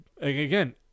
Again